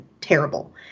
terrible